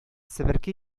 себерке